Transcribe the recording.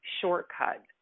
shortcut